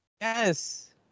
yes